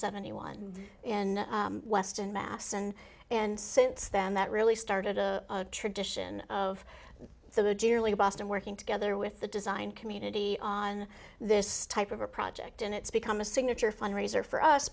seventy one in western mass and and since then that really started a tradition of so dearly boston working together with the design community on this type of a project and it's become a signature fundraiser for us